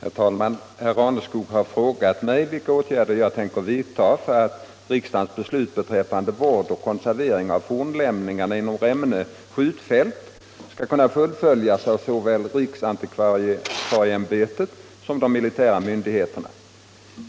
Herr talman! Herr Raneskog har frågat mig vilka åtgärder jag tänker vidta för att riksdagens beslut beträffande vård och konservering av fornlämningar inom Remmene skjutfält skall kunna fullföljas av såväl riksantikvarieämbetet som de militära myndigheterna.